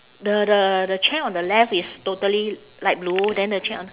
the the the chair on the left is totally light blue then the chair on